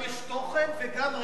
יש לזה גם תוכן וגם רייטינג.